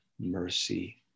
mercy